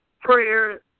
prayer